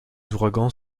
ouragans